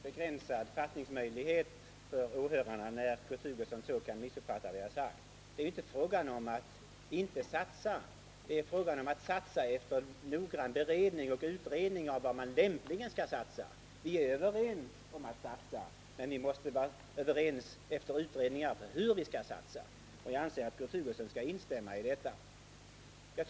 Herr talman! Jag måste ha uttryckt mig så att det blivit begränsad fattningsmöjlighet för åhörarna, när Kurt Hugosson så kan missuppfatta vad jag sade. Det är ju inte fråga om att inte satsa, det är fråga om att satsa efter noggrann utredning av vad man lämpligen skall satsa. Vi är överens om att satsa, men vi måste vara överens — efter utredning — om hur vi skall satsa. Jag anser att Kurt Hugosson bör instämma i detta.